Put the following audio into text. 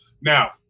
now